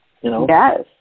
Yes